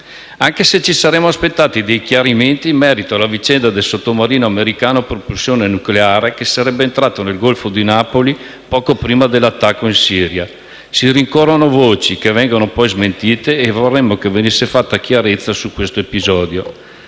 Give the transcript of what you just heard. anche se ci saremmo aspettati dei chiarimenti in merito alla vicenda del sottomarino americano a propulsione nucleare che sarebbe entrato nel Golfo di Napoli poco prima dell'attacco in Siria. Si rincorrono voci, che vengono poi smentite, e vorremmo che venisse fatta chiarezza su questo episodio.